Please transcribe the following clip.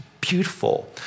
beautiful